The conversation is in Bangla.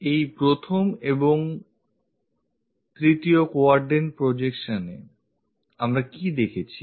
এই প্রথম ও তৃতীয় কোয়াড্রেন্ট প্রজেকশনস এ আমরা কি দেখেছি